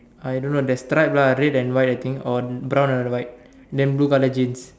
I don't know there's stripe lah red and white I think or brown and white then blue color jeans